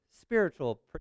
Spiritual